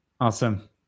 Awesome